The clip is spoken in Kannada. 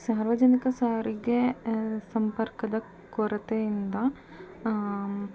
ಸಾರ್ವಜನಿಕ ಸಾರಿಗೆ ಸಂಪರ್ಕದ ಕೊರತೆಯಿಂದ